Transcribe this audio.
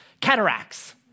cataracts